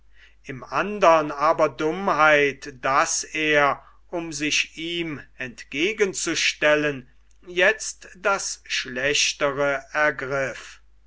im andern aber dummheit daß er um sich ihm entgegenzustellen jetzt das schlechtere ergriff